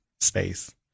space